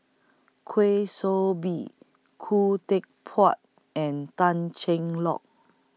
Kwa Soon Bee Khoo Teck Puat and Tan Cheng Lock